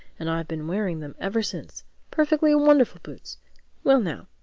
and i've been wearing them ever since perfectly wonderful boots well now,